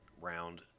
Round